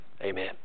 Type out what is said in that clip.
Amen